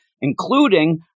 including –